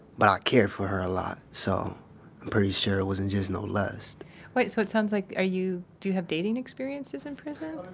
but i cared for her a lot, so i'm pretty sure it wasn't just no lust wait, so it sounds like, are you, do you have dating experiences in prison?